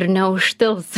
ir neužtils